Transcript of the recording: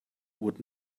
would